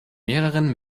mehreren